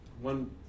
one